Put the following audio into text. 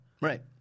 Right